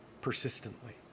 persistently